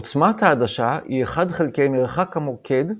עוצמת העדשה היא אחד חלקי מרחק המוקד,